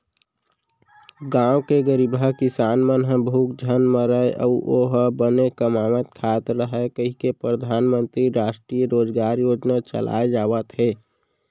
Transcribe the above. गाँव के गरीबहा किसान मन ह भूख झन मरय अउ ओहूँ ह बने कमावत खात रहय कहिके परधानमंतरी रास्टीय रोजगार योजना चलाए जावत हे